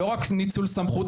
לא רק ניצול סמכות,